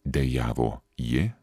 dejavo ji